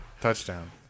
Touchdown